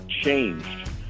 changed